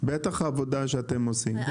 בטח העבודה שאתם עושים,